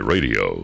Radio